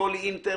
לא לאינטרנט,